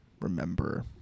remember